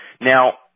Now